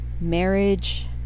marriage